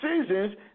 seasons